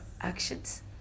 Actions